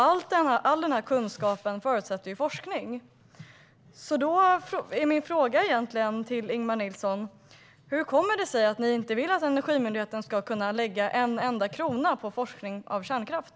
All denna kunskap förutsätter forskning, så min fråga till Ingemar Nilsson är hur det kommer sig att ni inte vill att Energimyndigheten ska kunna lägga en enda krona på forskning om kärnkraft.